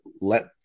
let